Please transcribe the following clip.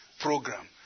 program